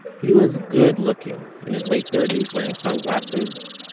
he was good looking, in his late thirties, wearing sunglasses.